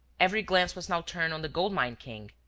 every glance was now turned on the gold-mine king,